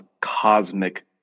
cosmic